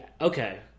okay